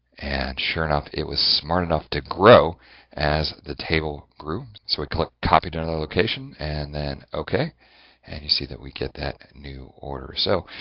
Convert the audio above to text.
and sure enough, it was smart enough to grow as the table groom. so, we click copy to another location and then ok and you see that we get that new order. so,